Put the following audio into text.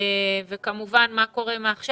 כמובן מה קורה עכשיו.